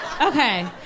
Okay